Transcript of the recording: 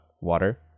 water